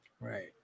Right